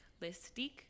Listique